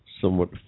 somewhat